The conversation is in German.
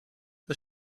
das